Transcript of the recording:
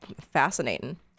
fascinating